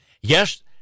Yes